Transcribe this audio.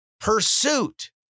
pursuit